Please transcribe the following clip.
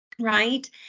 right